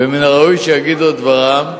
ומן הראוי שיגידו את דברם,